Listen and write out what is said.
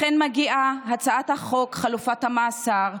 לכן מגיעה הצעת חוק חלופת המאסר,